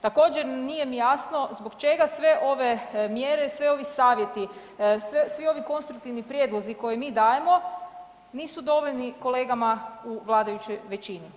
Također nije mi jasno zbog čega sve ove mjere, svi ovi savjeti, svi ovi konstruktivni prijedlozi koje mi dajemo nisu dovoljni kolegama u vladajućoj većini.